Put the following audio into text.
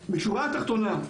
בשורה התחתונה,